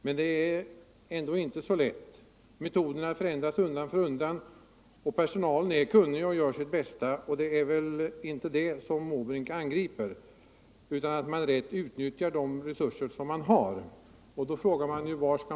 Men det är inte så lätt. Metoderna ändras undan för undan. Personalen är emellertid kunnig och gör sitt bästa. Det är väl inte heller den saken som Bertil Måbrink angriper, utan han talar för att man skall utnyttja de resurser vi har.